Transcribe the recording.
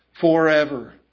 forever